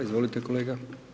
Izvolite kolega.